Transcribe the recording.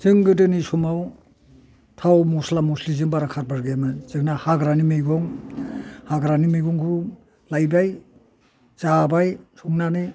जों गोदोनि समाव थाव मस्ला मस्लिजों बारा खारबार गैयामोन जोंना हाग्रानि मैगं हाग्रानि मैगंखौ लायबाय जाबाय संनानै